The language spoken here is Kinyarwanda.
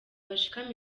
bashika